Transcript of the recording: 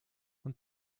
und